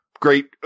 great